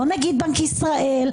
לא נגיד בנק ישראל,